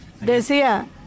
decía